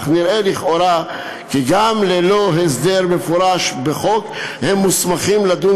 אך נראה לכאורה כי גם ללא הסדר מפורש בחוק הם מוסמכים לדון